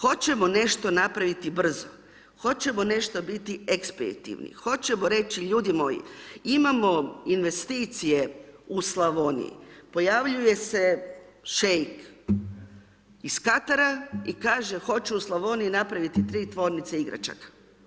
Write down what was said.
Hoćemo nešto napraviti brzo, hoćemo nešto biti ekspeditivni, hoćemo reći ljudi moji, imamo investicije u Slavoniji, pojavljuje se Šeik iz Katara i kaže hoću u Slavoniji napraviti 3 tvornice igračaka.